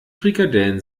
frikadellen